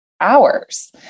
hours